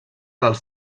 dels